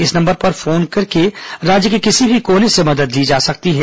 इस नंबर पर फोन कर राज्य के किसी भी कोने से मदद ली जा सकती है